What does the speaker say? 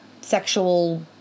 sexual